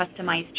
customized